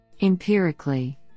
Empirically